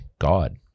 god